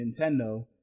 Nintendo